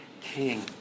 King